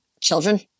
children